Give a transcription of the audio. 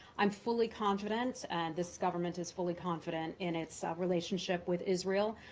i'm fully confident, and this government is fully confident, in its ah relationship with israel,